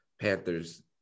Panthers